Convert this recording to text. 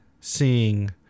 seeing